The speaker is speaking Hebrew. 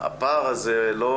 הפער הזה לא